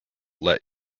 let